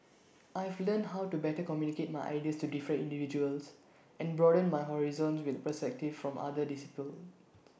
I've learnt how to better communicate my ideas to different individuals and broaden my horizons with the perspectives from other disciplines